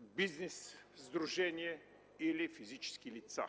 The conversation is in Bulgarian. бизнес сдружения или физически лица.